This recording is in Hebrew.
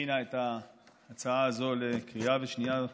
שהכינה את ההצעה הזאת לקריאה שנייה ושלישית,